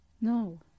No